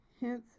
Hence